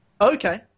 Okay